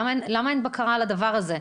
למה אין בקרה על הדבר הזה?